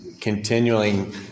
continuing